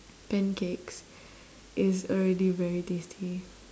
pancakes is already very tasty